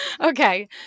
Okay